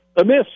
amiss